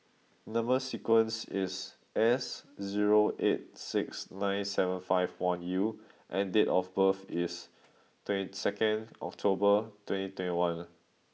number sequence is S zero eight six nine seven five one U and date of birth is twenty second October twenty twenty one